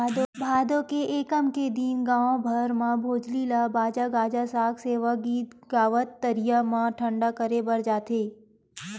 भादो के एकम के दिन गाँव भर म भोजली ल बाजा गाजा सग सेवा गीत गावत तरिया म ठंडा करे बर जाथे